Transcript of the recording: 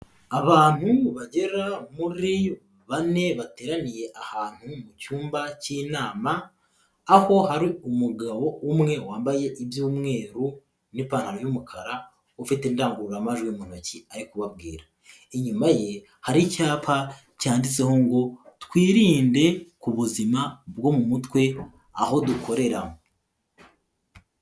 Abantu bagera muri bane bateraniye ahantu mu cyumba cy'inama, aho hari umugabo umwe wambaye iby'umweru n'ipantaro y'umukara, ufite idangururamajwi mu ntoki ari kubabwira, inyuma ye hari icyapa cyanditseho ngo twirinde ku buzima bwo mu mutwe aho dukorera.